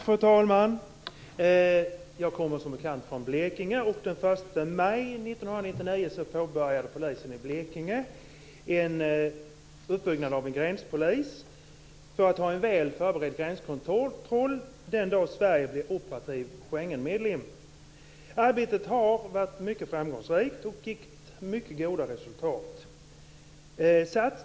Fru talman! Jag kommer som bekant från Blekinge. Den 1 maj 1999 påbörjade polisen i Blekinge uppbyggnaden av en gränspolis för att ha en väl förberedd gränskontroll den dag Sverige blir operativ Arbetet har varit mycket framgångsrikt och har gett mycket goda resultat.